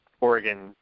Oregon